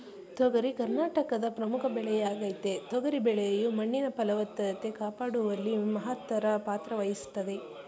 ತೊಗರಿ ಕರ್ನಾಟಕದ ಪ್ರಮುಖ ಬೆಳೆಯಾಗಯ್ತೆ ತೊಗರಿ ಬೆಳೆಯು ಮಣ್ಣಿನ ಫಲವತ್ತತೆ ಕಾಪಾಡುವಲ್ಲಿ ಮಹತ್ತರ ಪಾತ್ರವಹಿಸ್ತದೆ